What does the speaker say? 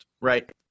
right